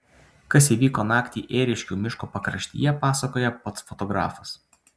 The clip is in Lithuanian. kas įvyko naktį ėriškių miško pakraštyje pasakoja pats fotografas